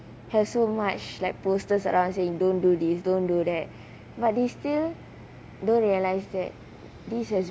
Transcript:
have so much like posters around saying don't do this don't do that but they still don't realise that this has